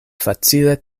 facile